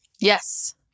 Yes